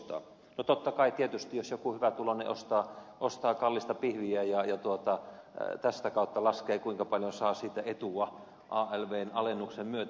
no totta kai tietysti jos joku hyvätuloinen ostaa kallista pihviä ja tätä kautta laskee kuinka paljon saa siitä etua alvn alennuksen myötä